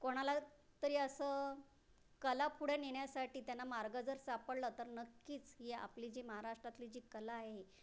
कोणाला तरी असं कला पुढं नेण्यासाठी त्यांना मार्ग जर सापडला तर नक्कीच ही आपली जी महाराष्ट्रातली जी कला आहे